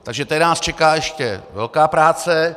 Takže tady nás čeká ještě velká práce.